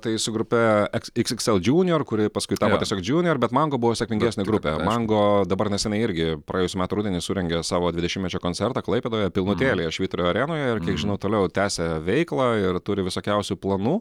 tai su grupe ek iks iks l džunior kuri paskui tapo tiesiog džiunior bet mango buvo sėkmingesnė grupė mango dabar nesenai irgi praėjusių metų rudenį surengė savo dvidešimtmečio koncertą klaipėdoje pilnutėlėje švyturio arenoje ir kiek žinau toliau tęsia veiklą ir turi visokiausių planų